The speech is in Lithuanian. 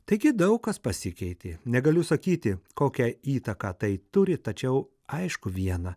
taigi daug kas pasikeitė negaliu sakyti kokią įtaką tai turi tačiau aišku viena